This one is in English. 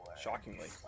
shockingly